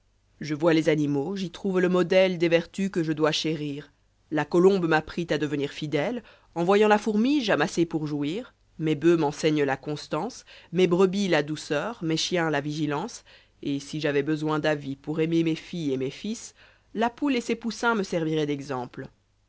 je vois les animaux j'y trouve le modèle des vertus que je dois chérir la colombe m'apprit à devenir fidèle en voyant la fourmi j'amassai pour jouir mes'boeufs m'enseignent la constance mes brebis la douceur mes chiens la vigilance et si j'avois besoin d'avis pour aimer mes filles mes fils la poule et ses poussins me serviraient d'exemple